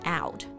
out